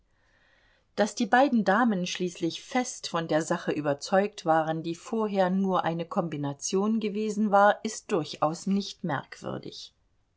daß die beiden damen schließlich fest von der sache überzeugt waren die vorher nur eine kombination gewesen war ist durchaus nicht merkwürdig